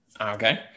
Okay